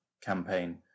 campaign